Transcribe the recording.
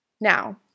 Now